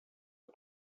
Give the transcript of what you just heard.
are